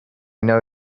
know